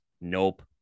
Nope